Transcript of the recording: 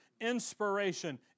Inspiration